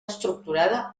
estructurada